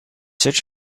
such